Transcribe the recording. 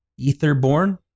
Etherborn